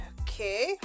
okay